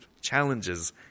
challenges